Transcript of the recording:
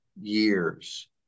years